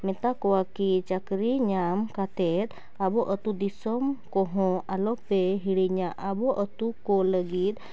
ᱢᱮᱛᱟᱠᱚᱣᱟ ᱠᱤ ᱪᱟᱹᱠᱨᱤ ᱧᱟᱢ ᱠᱟᱛᱮ ᱟᱵᱚ ᱟᱛᱳ ᱫᱤᱥᱚᱢ ᱠᱚᱦᱚᱸ ᱟᱞᱚᱯᱮ ᱦᱤᱲᱤᱧᱟ ᱟᱵᱚ ᱟᱛᱳ ᱠᱚ ᱞᱟᱹᱜᱤᱫ